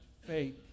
faith